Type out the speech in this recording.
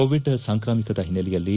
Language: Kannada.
ಕೋಎಡ್ ಸಾಂಕ್ರಾಮಿಕದ ಹಿನ್ನೆಲೆಯಲ್ಲಿ